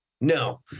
No